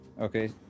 okay